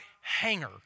hanger